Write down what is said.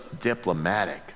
diplomatic